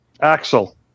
Axel